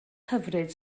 hyfryd